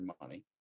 money